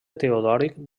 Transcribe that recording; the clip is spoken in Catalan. teodoric